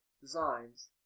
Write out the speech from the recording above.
designs